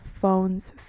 phones